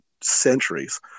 centuries